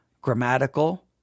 grammatical